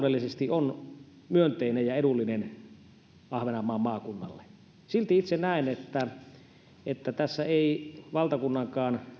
taloudellisesti on myönteinen ja edullinen ahvenanmaan maakunnalle silti itse näen että että ei valtakunnan